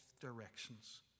directions